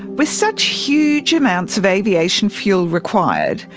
with such huge amounts of aviation fuel required,